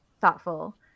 thoughtful